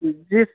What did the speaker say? جی